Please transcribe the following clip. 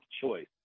choice